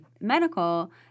medical